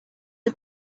all